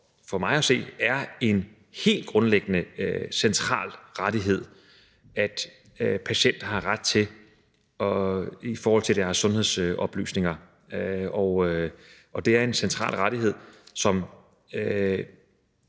for mig at se er en helt grundlæggende og central rettighed, at patienter har ret til deres sundhedsoplysninger. Det er en central rettighed, og